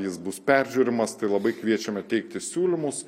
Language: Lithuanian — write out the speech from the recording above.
jis bus peržiūrimas tai labai kviečiame teikti siūlymus